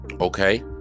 Okay